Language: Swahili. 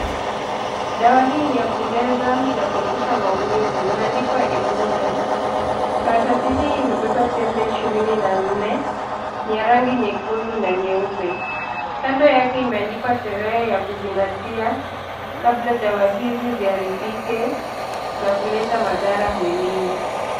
Dawa hii ni ya kumeza ya kuepusha maumivu imeandikwa Ibuprofen , karatasi hii imebeba tembe ishirini na nne, ni ya rangi nyekundu na nyeupe, kando yake imeandikwa tarehe ya kuzingatia, kabla dawa hizi ziharibike, na kuleta madhara mwilini.